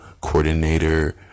coordinator